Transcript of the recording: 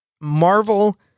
Marvel